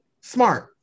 smart